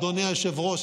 אדוני היושב-ראש,